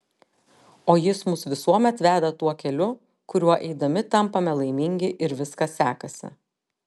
o jis mus visuomet veda tuo keliu kuriuo eidami tampame laimingi ir viskas sekasi